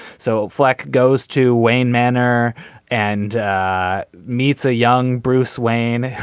so fleck goes to wayne manor and meets a young bruce wayne